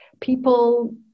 people